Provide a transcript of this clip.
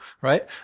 right